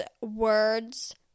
words